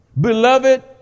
beloved